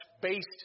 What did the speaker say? based